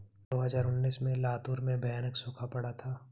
दो हज़ार उन्नीस में लातूर में भयानक सूखा पड़ा था